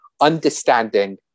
understanding